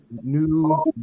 New